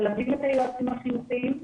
מלווים את היועצים החינוכיים.